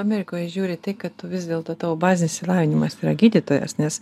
amerikoje žiūri į tai kad tu vis dėlto tavo bazinis išsilavinimas yra gydytojas nes